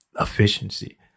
Efficiency